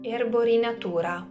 Erborinatura